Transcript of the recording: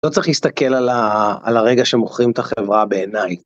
לא צריך להסתכל על הרגע שמוכרים את החברה בעיניי.